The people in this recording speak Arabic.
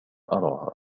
أراها